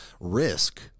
risk